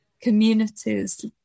communities